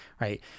right